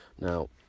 now